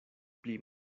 pli